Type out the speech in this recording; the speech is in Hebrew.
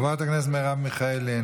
חברת הכנסת מרב מיכאלי,